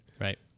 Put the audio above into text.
Right